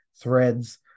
Threads